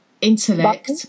intellect